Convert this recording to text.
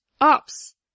Ops